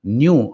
new